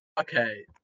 okay